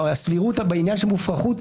הסבירות בעניין של מופרכות,